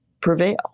prevail